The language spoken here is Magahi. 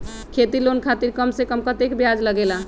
खेती लोन खातीर कम से कम कतेक ब्याज लगेला?